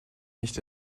nicht